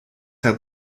had